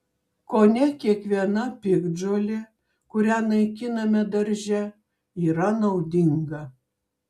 kone kiekviena piktžolė kurią naikiname darže yra naudinga